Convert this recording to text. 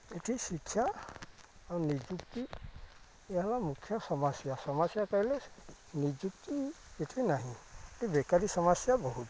ଏଇଠି ଶିକ୍ଷା ଆଉ ନିଯୁକ୍ତି ଏ ହେଲା ମୁଖ୍ୟ ସମସ୍ୟା ସମସ୍ୟା କହିଲେ ନିଯୁକ୍ତି ଏଇଠି ନାହିଁ ଏ ବେକାରି ସମସ୍ୟା ବହୁତ